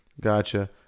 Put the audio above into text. Gotcha